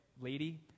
lady